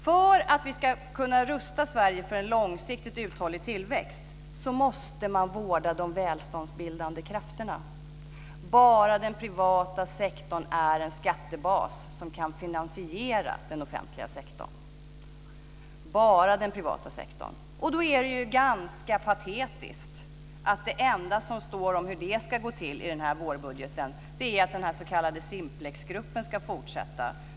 För att vi ska kunna rusta Sverige för en långsiktigt uthållig tillväxt, måste man vårda de välståndsbildande krafterna. Bara den privata sektorn är en skattebas som kan finansiera den offentliga sektorn. Då är det ganska patetiskt att det enda som det står om hur det ska gå till är att den s.k. Simplexgruppen ska fortsätta att arbeta.